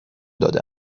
داده